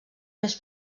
més